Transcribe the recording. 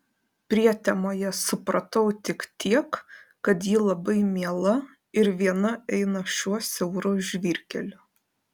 prietemoje supratau tik tiek kad ji labai miela ir viena eina šiuo siauru žvyrkeliu